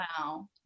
Wow